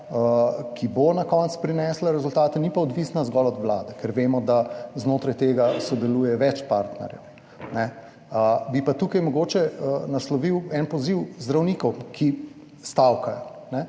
ki bo na koncu prinesla rezultate, ni pa odvisna zgolj od vlade, ker vemo, da znotraj tega sodeluje več partnerjev. Bi pa tukaj mogoče naslovil en poziv zdravnikom, ki stavkajo,